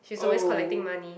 oh